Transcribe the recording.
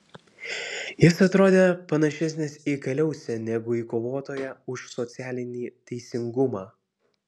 jis atrodė panašesnis į kaliausę negu į kovotoją už socialinį teisingumą